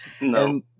No